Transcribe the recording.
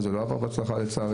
וזה לא עבר בהצלחה לצערנו,